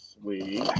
sweet